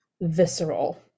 visceral